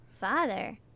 Father